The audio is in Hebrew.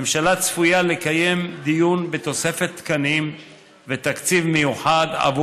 הממשלה צפויה לקיים דיון בתוספת תקנים ותקציב מיוחד,